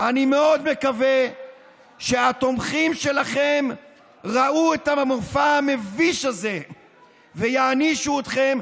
אני מאוד מקווה שהתומכים שלכם ראו את המופע המביש הזה ושהם יענישו אתכם,